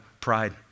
pride